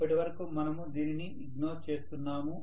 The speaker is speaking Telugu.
ఇప్పటివరకు మనము దీనిని ఇగ్నోర్ చేస్తున్నాము